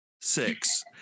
six